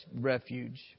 refuge